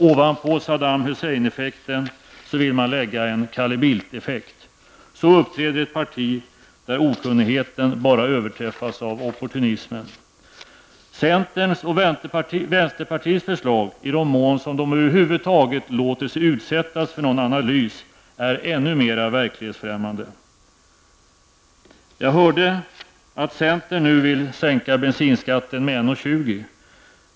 Ovanpå Saddam Hussein-effekten vill moderaterna lägga en Carl Bildt-effekt. Så uppträder ett parti där okunnigheten bara överträffas av opportunismen. Centerns och vänsterpartiets förslag, i den mån de överhuvudtaget låter sig utsättas för någon analys, är ännu mer verklighetsfrämmande. Jag hörde att centern nu vill sänka bensinskatten med 1:20 kr.